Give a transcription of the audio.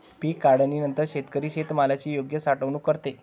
पीक काढणीनंतर शेतकरी शेतमालाची योग्य साठवणूक करतो